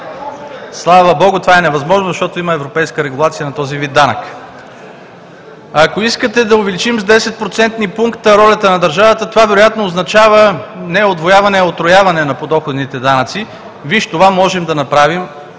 Слава богу, това е невъзможно, защото има европейска регулация на този вид данък. Ако искате да увеличим с 10 процентни пункта ролята на държавата, това вероятно означава не удвояване, а утрояване на подоходните данъци. Виж, това можем да направим,